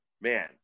man